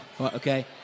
okay